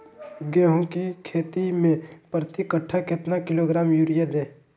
गेंहू की खेती में प्रति कट्ठा कितना किलोग्राम युरिया दे?